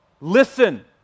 Listen